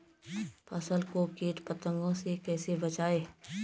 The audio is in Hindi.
फसल को कीट पतंगों से कैसे बचाएं?